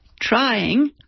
trying